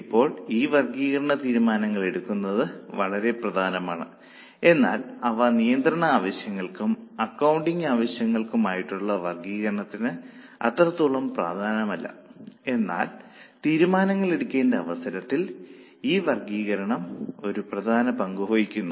ഇപ്പോൾ ഈ വർഗ്ഗീകരണങ്ങൾ തീരുമാനങ്ങൾ എടുക്കുന്നതിന് വളരെ പ്രധാനമാണ് എന്നാൽ അവ നിയന്ത്രണ ആവശ്യങ്ങൾക്കും അക്കൌണ്ടിംഗ് ആവശ്യങ്ങൾക്കും ആയിട്ടുള്ള വർഗീകരണത്തിന് അത്രത്തോളം പ്രധാനമല്ല എന്നാൽ തീരുമാനങ്ങൾ എടുക്കേണ്ട അവസരത്തിൽ ഈ വർഗീകരണം ഒരു പ്രധാന പങ്കു വഹിക്കുന്നു